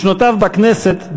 בשנותיו בכנסת,